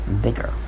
bigger